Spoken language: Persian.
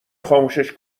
خاموشش